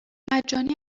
مجانی